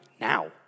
now